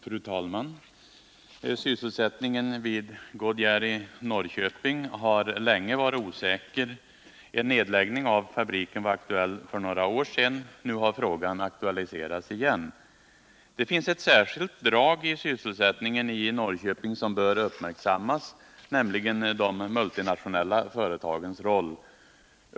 Fru talman! Sysselsättningen vid Goodyear i Norrköping har länge varit osäker. En nedläggning av fabriken var aktuell för några år sedan, och nu har frågan aktualiserats igen. Det finns ett särskilt drag i fråga om sysselsättningen i Norrköping som bör uppmärksammas, nämligen de multinationella företagens roll.